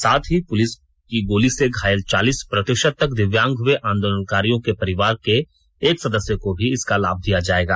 साथ ही पुलिस की गोली से घायल चालीस प्रतिशत तक दिव्यांग हुए आंदोलनकारियों के परिवार के एक सदस्य को भी इसका लाभ दिया जाएगा